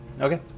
Okay